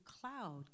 cloud